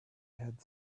had